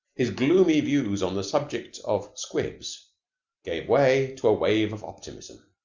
his gloomy views on the subject of squibs gave way to a wave of optimism.